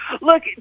Look